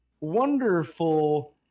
wonderful